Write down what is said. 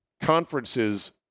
conferences